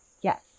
Yes